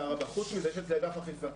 חוץ מזה יש אצלי אגף אכיפה.